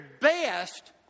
best